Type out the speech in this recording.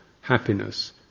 happiness